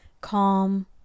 calm